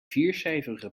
viercijferige